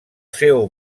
seu